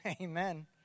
Amen